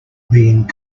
being